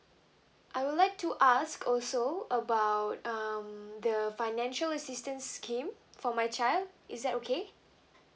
I would like to ask also about um the financial assistance scheme for my child is that okay